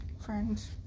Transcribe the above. Friends